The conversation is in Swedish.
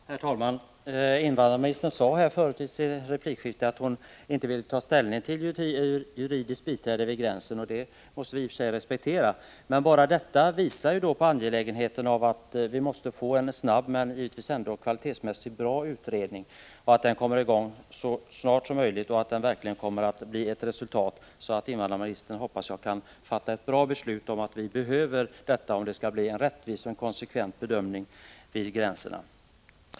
Herr talman! Invandrarministern sade här i ett tidigare inlägg att hon inte vill ta ställning till frågan om juridiskt biträde vid gränsen, och det måste vi i och för sig respektera. Men bara detta visar på angelägenheten av att vi får en snabb men givetvis ändå kvalitetsmässigt bra utredning. Den måste komma i gång så snabbt som möjligt och verkligen leda till sådana resultat att invandrarministern, hoppas jag, kan fatta ett beslut innebärande att juridiskt biträde behövs för att det skall kunna bli en rättvis och konsekvent bedömning vid gränserna.